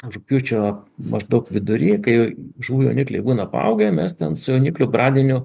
rugpjūčio maždaug vidury kai žuvų jaunikliai būna paaugę mes ten su jauniklių bradiniu